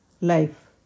life